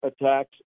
attacks